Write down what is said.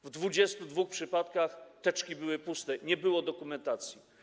W 22 przypadkach teczki były puste, nie było dokumentacji.